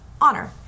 honor